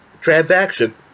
transaction